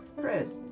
Chris